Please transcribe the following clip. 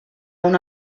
una